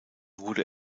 wurde